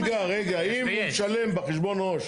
רגע, רגע, ואם הוא משלם בחשבון עו"ש,